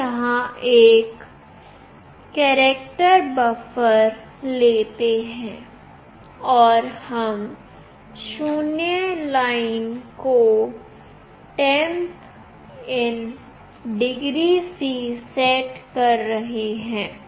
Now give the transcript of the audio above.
हम यहां एक कैरेक्टर बफर लेते हैं और हम 0 लाइन को "Temp in Degree C" set कर रहे हैं